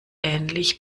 ähnlich